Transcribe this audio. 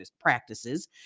practices